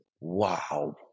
wow